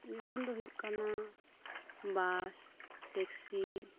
ᱡᱮᱢᱚᱱ ᱫᱚ ᱦᱳᱭᱳᱜ ᱠᱟᱱᱟ ᱵᱟᱥ ᱴᱮᱠᱥᱤ